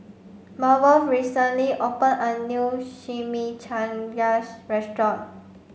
Marvel recently opened a new Chimichangas restaurant